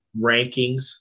rankings